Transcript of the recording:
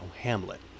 Hamlet